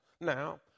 Now